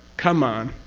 come on!